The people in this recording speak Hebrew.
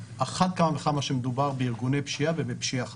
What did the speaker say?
אחת כמה וכמה כשמדובר בארגוני פשיעה ובפשיעה חמורה.